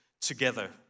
together